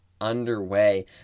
underway